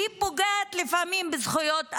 היא פוגעת לפעמים בזכויות אדם,